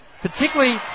particularly